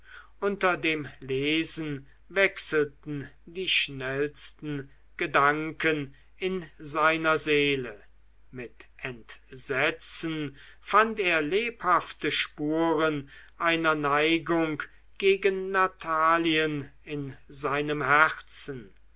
unter dem lesen wechselten die schnellsten gedanken in seiner seele mit entsetzen fand er lebhafte spuren einer neigung gegen natalien in seinem herzen